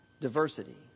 diversity